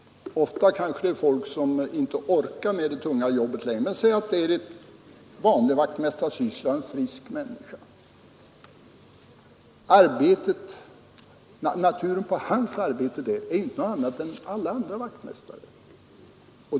Ofta är det folk som inte längre orkar med det tunga arbetet, men säg att det är en frisk människa som har vanliga vaktmästarsysslor och att hans arbete har samma natur som andra vaktmästares.